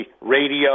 radio